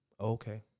okay